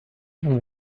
vont